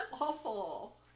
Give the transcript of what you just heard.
awful